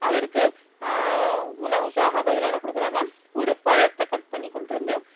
அதற்கு உணவுக்காக பதிலாக என்ன கொடுக்குறாங்க ஒரு பழத்தை கட் பண்ணி கொண்ட்டு வந்து